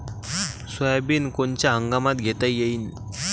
Soybean कोनच्या हंगामात घेता येईन?